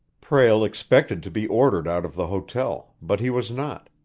prale expected to be ordered out of the hotel, but he was not,